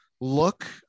look